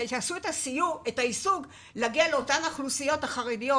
שיגיעו לאוכלוסיות החרדיות